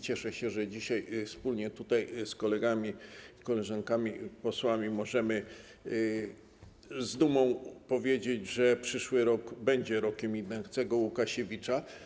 Cieszę się, że dzisiaj wspólnie z kolegami i koleżankami posłami możemy z dumą powiedzieć, że przyszły rok będzie rokiem Ignacego Łukasiewicza.